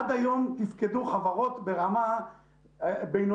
עד היום תפקדו חברות ברמה בינונית.